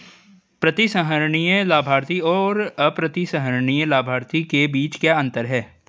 प्रतिसंहरणीय लाभार्थी और अप्रतिसंहरणीय लाभार्थी के बीच क्या अंतर है?